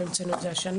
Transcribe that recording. לא המצאנו את זה השנה.